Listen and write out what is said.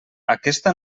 aquesta